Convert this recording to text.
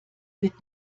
wird